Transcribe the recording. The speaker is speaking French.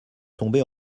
tomber